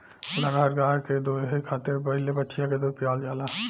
लगहर गाय के दूहे खातिर पहिले बछिया के दूध पियावल जाला